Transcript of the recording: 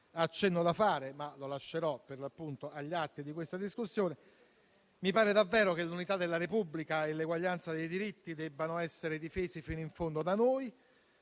accenno da fare, ma lo lascerò agli atti di questa discussione: mi pare che l'unità della Repubblica e l'eguaglianza dei diritti debbano essere da noi difesi fino in fondo. Lo